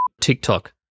TikTok